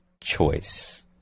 choice